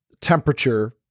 temperature